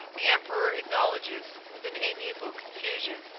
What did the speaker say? the emperor acknowledges, with an amiable confusion,